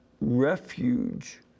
refuge